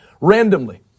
randomly